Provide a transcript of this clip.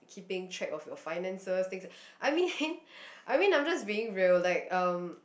keeping track of your finances thing I mean I mean I'm just being real um